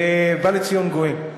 ובא לציון גואל.